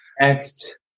Next